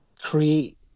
create